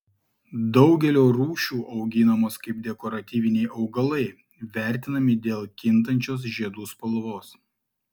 daugelio rūšių auginamos kaip dekoratyviniai augalai vertinami dėl kintančios žiedų spalvos